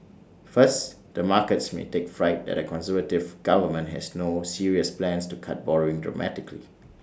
first the markets may take fright that A conservative government has no serious plans to cut borrowing dramatically